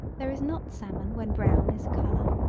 there is not salmon when brown is a color,